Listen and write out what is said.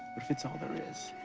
if it's all there is?